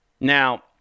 Now